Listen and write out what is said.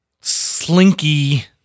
slinky